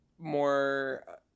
more